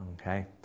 Okay